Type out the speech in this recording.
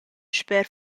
sper